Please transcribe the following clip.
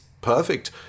perfect